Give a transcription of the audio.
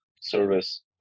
service